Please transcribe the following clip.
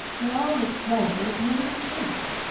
my arm is swelling and the pain is intense.